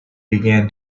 began